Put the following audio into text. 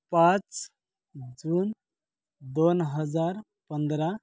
पाच जून दोन हजार पंधरा